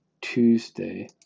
Tuesday